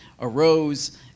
arose